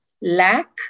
lack